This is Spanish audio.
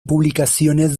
publicaciones